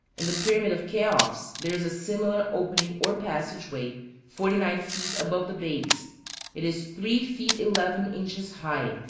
in the pyramid of cheops there is a similar opening or passage-way forty-nine feet above the base it is three feet eleven inches high,